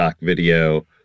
video